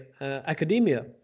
academia